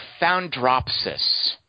foundropsis